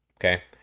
Okay